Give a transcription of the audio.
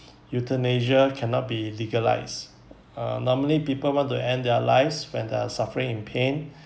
euthanasia cannot be legalised uh normally people want to end their lives when they're suffering in pain